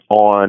on